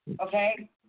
okay